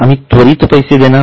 आम्ही त्वरित पैसे देणार नाही